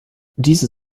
diese